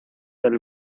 del